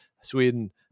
sweden